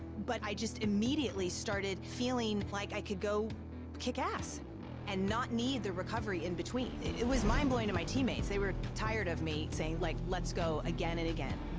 but i just immediately started feeling like i could go kick ass and not need the recovery in between. it. it was mind blowing to my teammates. they were tired of me saying, like, let's go again and again.